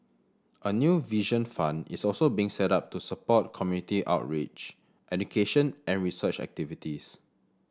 a new Vision Fund is also being set up to support community outreach education and research activities